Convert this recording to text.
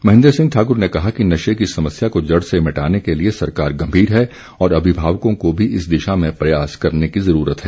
महेन्द्र सिंह ठाकुर ने कहा कि नशे की समस्या को जड़ से मिटाने के लिए सरकार गम्भीर है और अभिभावकों को भी इस दिशा में प्रयास करने की ज़रूरत है